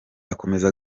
akomeza